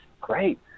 great